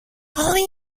only